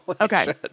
Okay